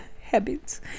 habits